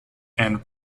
and